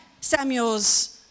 Samuel's